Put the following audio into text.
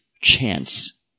chance